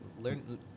learn